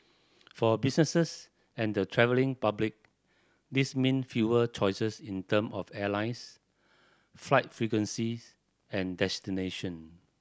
for businesses and the travelling public this mean fewer choices in term of airlines flight frequencies and destination